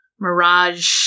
mirage